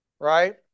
right